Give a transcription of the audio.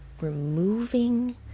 removing